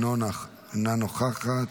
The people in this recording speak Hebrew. אינה נוכחת,